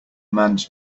mans